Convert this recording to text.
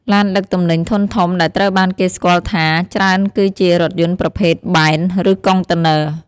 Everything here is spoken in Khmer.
ឡានដឹកទំនិញធុនធំដែលត្រូវបានគេស្គាល់ថាច្រើនគឺជារថយន្តប្រភេទបែន ឬកុងតឺន័រ។